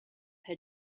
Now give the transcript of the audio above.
her